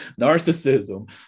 narcissism